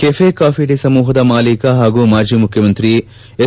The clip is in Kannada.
ಕೆಫೆ ಕಾಫಿ ಡೇ ಸಮೂಹದ ಮಾಲೀಕ ಹಾಗೂ ಮಾಜಿ ಮುಖ್ಯಮಂತ್ರಿ ಎಸ್